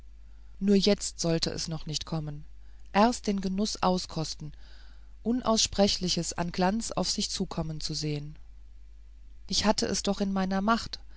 nur jetzt sollte es noch nicht kommen erst den genuß auskosten unaussprechliches an glanz auf sich zukommen zu sehen ich hatte es doch in meiner macht